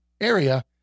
area